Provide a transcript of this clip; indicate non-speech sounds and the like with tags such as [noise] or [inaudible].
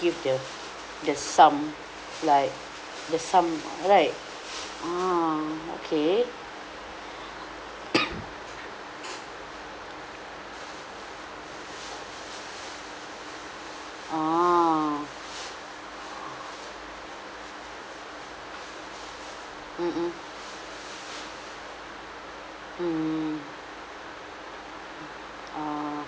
give the the sum like the sum right ah okay [coughs] ah [breath] mm mm mm ah